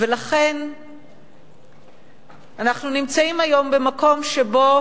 ולכן אנחנו נמצאים היום במקום שבו